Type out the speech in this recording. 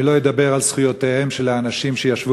אני לא אדבר על זכויותיהם של האנשים שישבו